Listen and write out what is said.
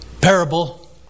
parable